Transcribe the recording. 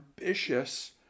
ambitious